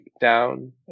down